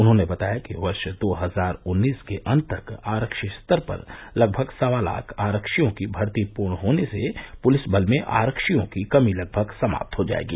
उन्होंने बताया कि वर्ष दो हजार उन्नीस के अन्त तक आरक्षी स्तर पर लगभग सवा लाख आरक्षियों की भर्ती पूर्ण होने से पुलिस बल में आरक्षियों की कमी लगभग समाप्त हो जायेगी